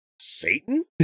satan